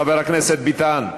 חבר הכנסת ביטן,